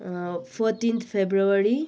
अँ फोटिन्थ फेब्रवरी